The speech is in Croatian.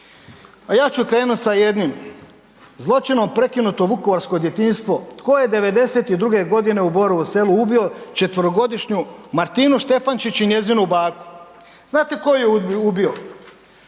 a ja ću krenut sa jednim zločinom prekinuto vukovarsko djetinjstvo, tko je '92.-ge godine u Borovu selu ubio četverogodišnju Martinu Štefančić i njezinu baku? Znate tko je ubio?